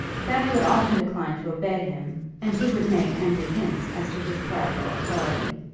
fanny would often decline to obey him and he would make angry hints as to his clerical authority.